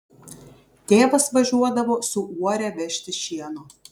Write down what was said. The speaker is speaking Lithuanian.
tėvas važiuodavo su uore vežti šieno